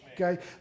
okay